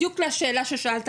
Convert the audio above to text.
בדיוק לשאלה ששאלת,